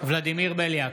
ולדימיר בליאק,